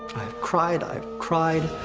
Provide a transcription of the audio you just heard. i've cried, i've cried.